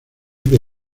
que